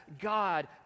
God